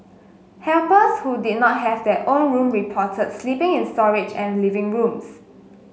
helpers who did not have their own room reported sleeping in storage and living rooms